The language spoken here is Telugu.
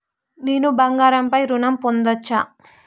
నేను బంగారం పై ఋణం పొందచ్చా?